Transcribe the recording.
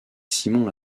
simon